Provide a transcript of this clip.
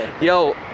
Yo